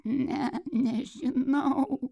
ne nežinau